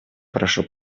хорошо